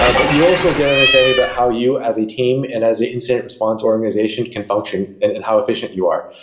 ah but you also get an understanding about how you as a team and as an incident response organization can function and and how efficient you are.